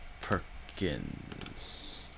Perkins